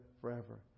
forever